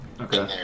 Okay